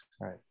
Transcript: Right